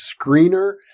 screener